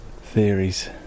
Theories